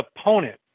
opponent